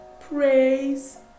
praise